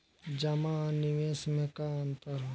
जमा आ निवेश में का अंतर ह?